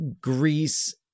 Greece